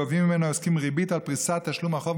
גובים ממנו העוסקים ריבית על פריסת תשלום החוב,